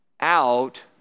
out